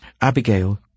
Abigail